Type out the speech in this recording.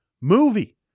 movie